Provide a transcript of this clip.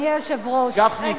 גפני,